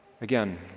Again